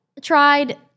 tried